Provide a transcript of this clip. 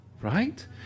right